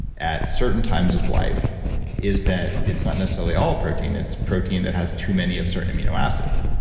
at certain times of life is that, it's not necessarily all protein, it's protein that has too many of certain amino acids.